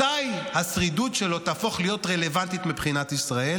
מתי השרידות שלו תהפוך להיות רלוונטית מבחינת ישראל?